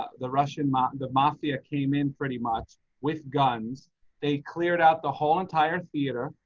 the russian mob the mafia came in pretty much with guns they cleared out the whole entire theater.